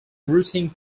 routing